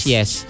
Yes